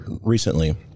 recently